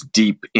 deep